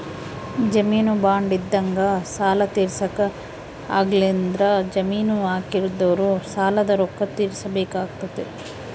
ಜಾಮೀನು ಬಾಂಡ್ ಇದ್ದಂಗ ಸಾಲ ತೀರ್ಸಕ ಆಗ್ಲಿಲ್ಲಂದ್ರ ಜಾಮೀನು ಹಾಕಿದೊರು ಸಾಲದ ರೊಕ್ಕ ತೀರ್ಸಬೆಕಾತತೆ